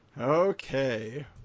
Okay